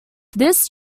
this